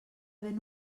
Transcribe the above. ben